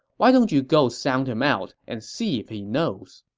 why don't you go sound him out and see if he knows.